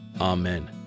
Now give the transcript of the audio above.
Amen